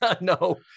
no